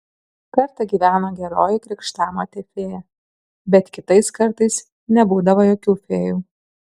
kartą gyveno geroji krikštamotė fėja bet kitais kartais nebūdavo jokių fėjų